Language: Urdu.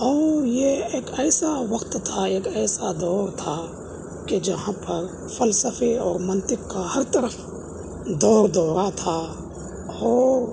اور یہ ایک ایسا وقت تھا ایک ایسا دور تھا کہ جہاں پر فلسفے اور منطق کا ہر طرف دور دورہ تھا اور